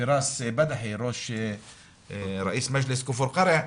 פיראס בדחי, ראש המועצה כפר קרע,